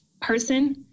person